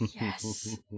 yes